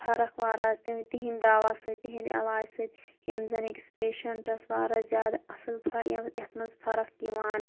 فرق واراہ تِہٕنٛدِ دَوا سۭتۍ تِہٕنٛدِ علاج سۭتۍ یِم زَن أکِس پیشَنٹَس واراہ زِیادٕ اَصٕل یَتھ مَنٛز فرَق یِوان